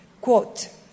Quote